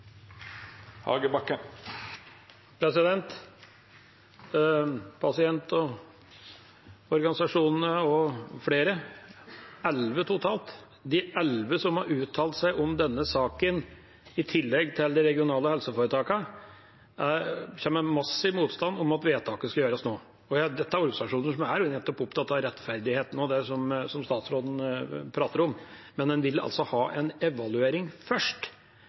og andre som har uttalt seg om denne saken, elleve totalt, i tillegg til de regionale helseforetakene, uttrykker massiv motstand mot at vedtaket skal fattes nå. Dette er organisasjoner som nettopp er opptatt av rettferdigheten og det som statsråden prater om, men de vil ha en evaluering først.